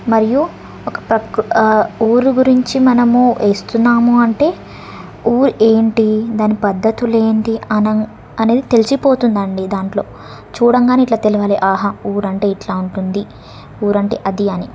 మరియు ఒక ప్రకృ ఊరు గురించి మనము వేస్తున్నాము అంటే ఊ ఏంటి దాని పద్ధతులు ఏంటి అనం అనేది తెలిసిపోతుంది అండి దానిలో చూడగానే ఇట్ల తెలవాలి ఆహా ఊరంటే ఇలా ఉంటుంది ఊరు అంటే అది అని